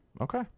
Okay